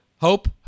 Hope